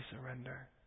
surrender